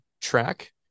Track